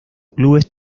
clubes